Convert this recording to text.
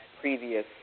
previous